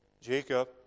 Jacob